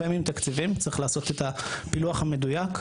קיימים תקציבים, צריך לעשות את הפילוח המדויק.